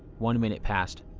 one minute passed.